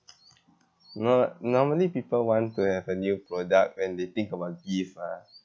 no~ normally people want to have a new product when they think about gift ah